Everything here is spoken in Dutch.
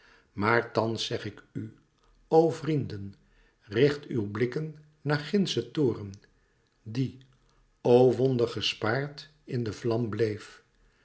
maar thans zeg ik u o vrienden richt uwe blikken naar gindschen toren die o wonder gespaard in de vlam bleef